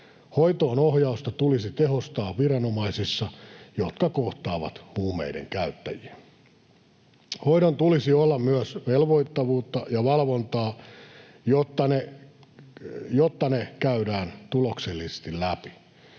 Hoitoonohjausta tulisi tehostaa viranomaisissa, jotka kohtaavat huumeiden käyttäjiä. Hoitojen tulisi olla myös velvoittavia ja valvottuja, jotta ne käydään tuloksellisesti läpi.